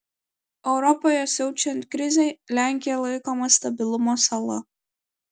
europoje siaučiant krizei lenkija laikoma stabilumo sala